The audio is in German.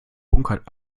bunkert